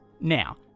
Now